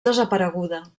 desapareguda